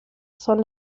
son